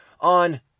on